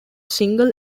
single